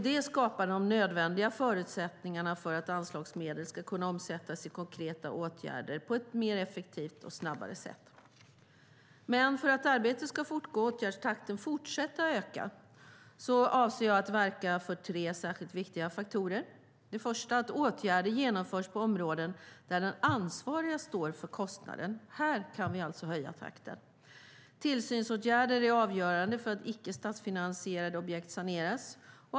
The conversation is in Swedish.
Det skapar de nödvändiga förutsättningarna för att anslagsmedel ska kunna omsättas i konkreta åtgärder på ett mer effektivt och snabbare sätt. För att arbetet ska fortgå och åtgärdstakten fortsätta att öka avser jag att verka för tre särskilt viktiga faktorer. Det är viktigt att åtgärder genomförs på områden där den ansvarige står för kostnaden; här kan vi alltså öka takten. Tillsynsåtgärder är avgörande för att icke statsfinansierade objekt saneras.